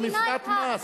זה מפלט מס.